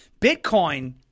Bitcoin